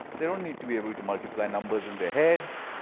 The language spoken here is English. they don't need to be able to multiply numbers in their heads.